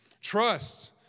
Trust